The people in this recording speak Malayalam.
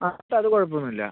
ആ അത് കുഴപ്പമൊന്നും ഇല്ല